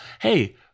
Hey